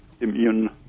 immune